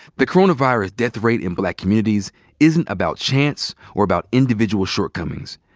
the coronavirus death rate in black communities isn't about chance or about individual shortcomings.